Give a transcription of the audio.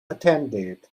attended